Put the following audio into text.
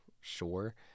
sure